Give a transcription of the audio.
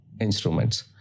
instruments